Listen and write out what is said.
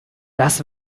das